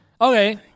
Okay